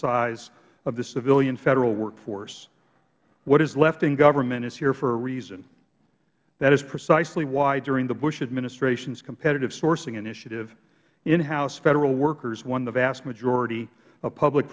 size of the civilian federal workforce what is left in government is here for a reason that is precisely why during the bush administration's competitive sourcing initiative inhouse federal workers won the vast majority of